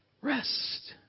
Rest